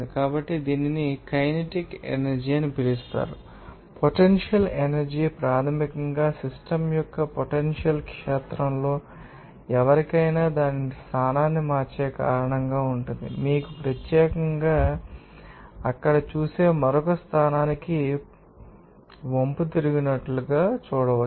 కాబట్టి దీనినికైనెటిక్ ఎనర్జీ అని పిలుస్తారు మరియు పొటెన్షియల్ ఎనర్జీ ప్రాథమికంగా సిస్టమ్ యొక్క పొటెన్షియల్ క్షేత్రంలో ఎవరికైనా దాని స్థానాన్ని మార్చే కారణంగా ఉంటుంది మీకు ప్రత్యేకంగా తెలుసు లేదా మీరు అక్కడ చూసే మరొక స్థానానికి వంపుతిరిగినట్లు చూడవచ్చు